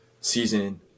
season